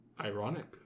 Ironic